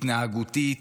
התנהגותית,